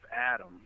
Adam